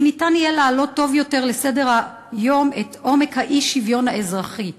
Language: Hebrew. כי ניתן יהיה להעלות טוב יותר על סדר-היום את עומק האי-שוויון האזרחי.